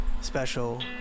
special